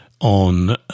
on